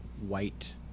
white